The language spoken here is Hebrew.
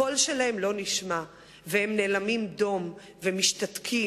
הקול שלהם לא נשמע והם נאלמים דום ומשתתקים,